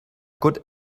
good